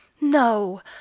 no